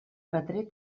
retret